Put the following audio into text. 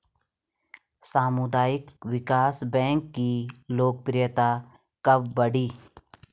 सामुदायिक विकास बैंक की लोकप्रियता कब बढ़ी?